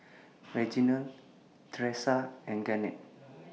Reginald Tresa and Garnet